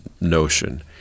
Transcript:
notion